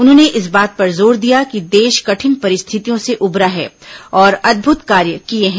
उन्होंने इस बात पर जोर दिया कि देश कठिन परिस्थितियों से उबरा है और अदृभुत कार्य किये हैं